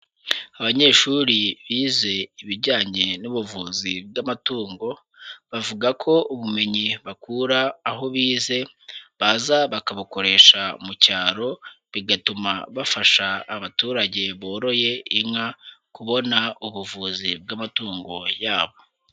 Abanyeshuri bize ibijyanye n'ubuvuzi bw'amatungo, bavuga ko ubumenyi bakura aho bize, baza bakabukoresha mu cyaro, bigatuma bafasha abaturage boroye inka, kubona ubuvuzi bw'amatungo yabo.